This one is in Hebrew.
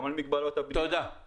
גם על מגבלות -- תודה.